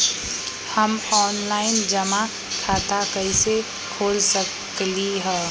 हम ऑनलाइन जमा खाता कईसे खोल सकली ह?